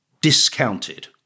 discounted